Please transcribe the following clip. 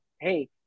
hey